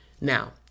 Now